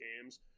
games